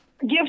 give